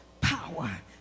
power